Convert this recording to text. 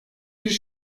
bir